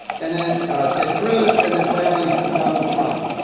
and then ted cruz, and then, finally, donald trump.